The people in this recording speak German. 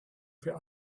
für